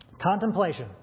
Contemplation